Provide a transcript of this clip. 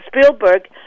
Spielberg